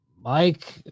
Mike